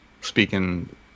speaking